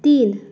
तीन